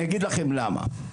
אני אגיד לכם למה.